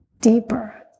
deeper